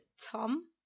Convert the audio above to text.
Tom